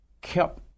kept